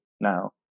now